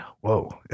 whoa